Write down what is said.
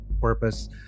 purpose